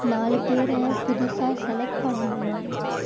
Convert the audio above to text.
நாலு பேரை புதுசாக செலக்ட் பண்ணணுமாம்